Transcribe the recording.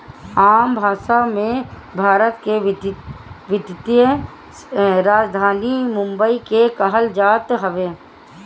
आम भासा मे, भारत के वित्तीय राजधानी बम्बई के कहल जात हवे